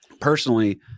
Personally